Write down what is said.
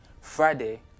Friday